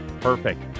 perfect